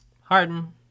Harden